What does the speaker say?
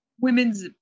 women's